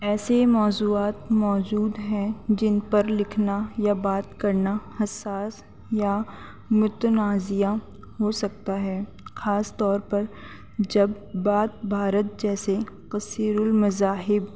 ایسے موضوعات موجود ہیں جن پر لکھنا یا بات کرنا حساس یا متنازعہ ہو سکتا ہے خاص طور پر جب بات بھارت جیسے کثیر المذاہب